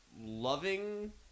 loving